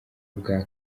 bwa